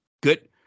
Good